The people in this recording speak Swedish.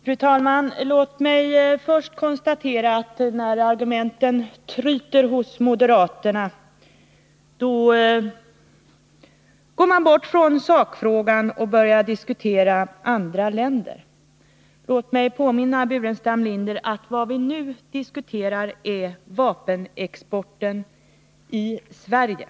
Fru talman! Låt mig först konstatera att när argumenten tryter hos moderaterna går man ifrån sakfrågan och börjar diskutera andra länder. Låt mig påminna Staffan Burenstam Linder om att det vi nu diskuterar är vapenexporten från Sverige.